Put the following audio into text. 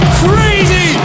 crazy